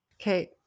Okay